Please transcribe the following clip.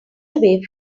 away